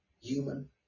human